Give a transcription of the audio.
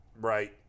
Right